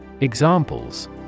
Examples